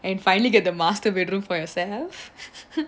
and finally get the master bedroom for yourself